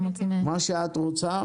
מה שאת רוצה,